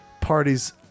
parties